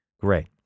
Great